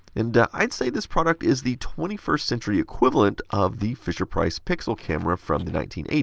and i'd say this product is the twenty first century equivalent of the fisher price pixl camera from the nineteen eighty